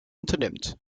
unternimmt